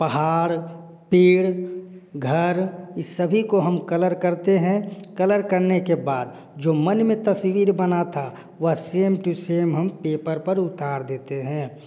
पहाड़ पेड़ घर इस सभी को हम कलर करते हैं कलर करने के बाद जो मन में जो मन में तस्वीर बना था वह सेम टू सेम हम पेपर पर उतार देते हैं